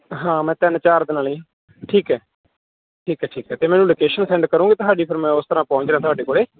ਹਾਂ ਮੈਂ ਤਿੰਨ ਚਾਰ ਦਿਨਾਂ ਲਈ ਠੀਕ ਹੈ ਠੀਕ ਹੈ ਠੀਕ ਹੈ ਤਾਂ ਮੈਨੂੰ ਲੋਕੇਸ਼ਨ ਸੈਂਡ ਕਰੋਗੇ ਤੁਹਾਡੀ ਫਿਰ ਮੈਂ ਉਸ ਤਰ੍ਹਾਂ ਪਹੁੰਚ ਜਾਵਾਂ ਤੁਹਾਡੇ ਕੋਲ